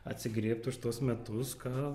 atsigriebt už tuos metus ką